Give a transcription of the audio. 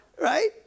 Right